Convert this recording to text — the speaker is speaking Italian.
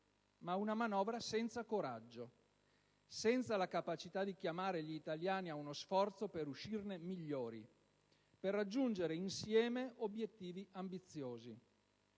manovra pesante, ma senza coraggio, senza la capacità di chiamare gli italiani a uno sforzo per uscirne migliori, per raggiungere insieme obbiettivi ambiziosi.